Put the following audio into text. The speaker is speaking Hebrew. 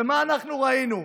ומה אנחנו ראינו?